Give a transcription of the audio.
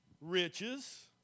riches